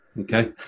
Okay